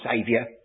Saviour